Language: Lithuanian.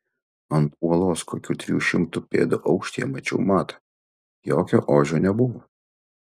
ant uolos kokių trijų šimtų pėdų aukštyje mačiau matą jokio ožio nebuvo